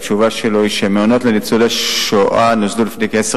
התשובה שלו היא שהמעונות לניצולי שואה נוסדו לפני כעשר